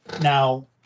Now